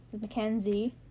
Mackenzie